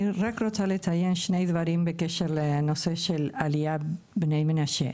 אני רק רוצה לציין שני דברים בקשר לנושא של עליית בני מנשה.